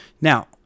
Now